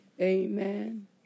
amen